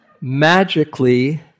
Magically